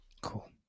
Cool